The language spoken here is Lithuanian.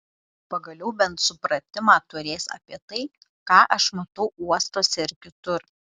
pagaliau bent supratimą turės apie tai ką aš matau uostuose ir kitur